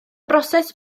broses